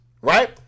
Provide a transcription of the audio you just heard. right